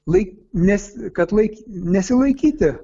lai nes kad laik nesilaikyti